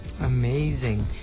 Amazing